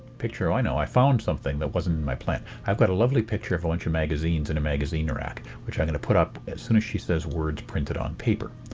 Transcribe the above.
picture. oh, i know i found something that wasn't in my plan. i've got a lovely picture of a bunch of magazines in a magazine rack, which i'm going to put up as soon as she says words printed on paper.